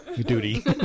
duty